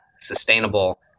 sustainable